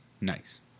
Nice